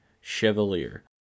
Chevalier